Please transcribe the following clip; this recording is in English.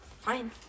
Fine